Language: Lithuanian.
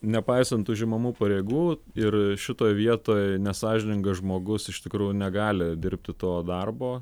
nepaisant užimamų pareigų ir šitoj vietoj nesąžiningas žmogus iš tikrųjų negali dirbti to darbo